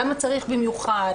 למה צריך במיוחד?